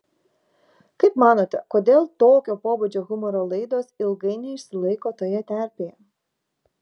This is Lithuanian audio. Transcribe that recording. kaip manote kodėl tokio pobūdžio humoro laidos ilgai neišsilaiko toje terpėje